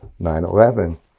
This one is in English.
9-11